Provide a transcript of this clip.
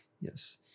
Yes